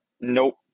Nope